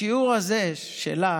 השיעור הזה שלה